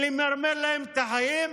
למרר להם את החיים,